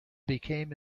became